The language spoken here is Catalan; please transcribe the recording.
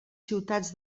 ciutats